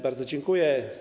Bardzo dziękuję.